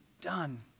done